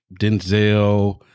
Denzel